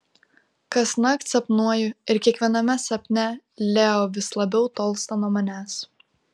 kasnakt sapnuoju ir kiekviename sapne leo vis labiau tolsta nuo manęs